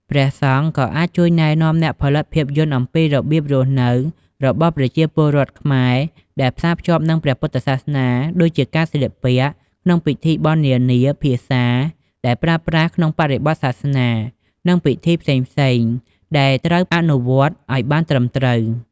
ព្រះសង្ឃក៏អាចជួយណែនាំអ្នកផលិតភាពយន្តអំពី របៀបរស់នៅ របស់ប្រជាពលរដ្ឋខ្មែរដែលផ្សារភ្ជាប់នឹងព្រះពុទ្ធសាសនា ដូចជា ការស្លៀកពាក់ ក្នុងពិធីបុណ្យនានា ភាសា ដែលប្រើក្នុងបរិបទសាសនា និង ពិធីផ្សេងៗ ដែលត្រូវអនុវត្តឲ្យបានត្រឹមត្រូវ។